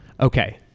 Okay